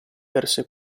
perse